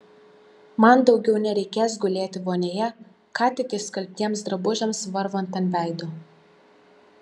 man daugiau nereikės gulėti vonioje ką tik išskalbtiems drabužiams varvant ant veido